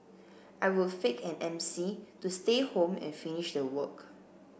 I would fake an M C to stay home and finish the work